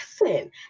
Listen